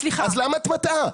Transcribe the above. למה את מטעה?